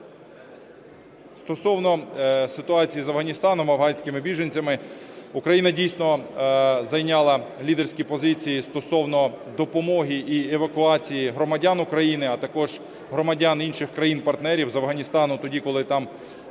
Стосовно ситуації з Афганістаном, афганськими біженцями. Україна, дійсно, зайняла лідерські позиції стосовно допомоги і евакуації громадян України, а також громадян інших країн-партнерів з Афганістану тоді, коли там розпочалася